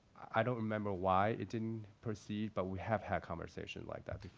i don't remember why it didn't proceed. but we have had conversations like that.